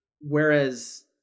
Whereas